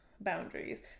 boundaries